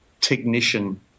technician